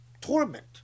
torment